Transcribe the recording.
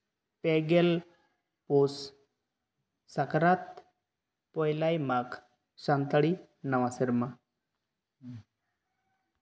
ᱯᱮᱜᱮᱞ ᱯᱳᱥ ᱥᱟᱠᱨᱟᱛ ᱯᱚᱭᱞᱟᱭ ᱢᱟᱜᱽ ᱥᱟᱱᱛᱟᱲᱤ ᱱᱟᱣᱟ ᱥᱮᱨᱢᱟ